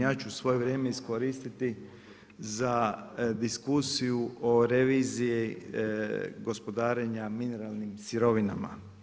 Ja ću svoje vrijeme iskoristiti za diskusiju o reviziji gospodarenja mineralnim sirovina.